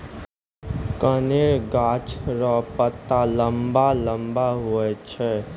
कनेर गाछ रो पत्ता लम्बा लम्बा हुवै छै